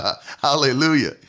Hallelujah